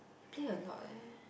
play a lot leh